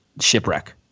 Shipwreck